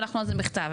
שלחנו על זה מכתב.